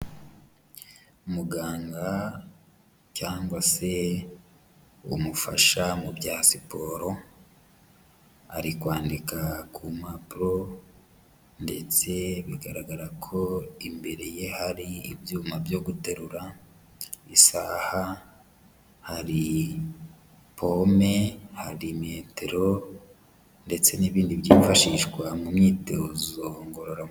Muganga cyangwa se umufasha mu bya siporo, ari kwandika ku mpapuro ndetse bigaragara ko imbere ye hari ibyuma byo guterura, isaha, hari pome, hari metero ndetse n'ibindi byifashishwa mu myitozo ngororamubiri.